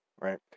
right